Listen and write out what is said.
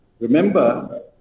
Remember